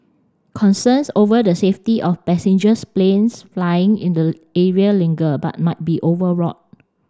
concerns over the safety of passengers planes flying in the area linger but might be overwrought